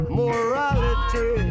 morality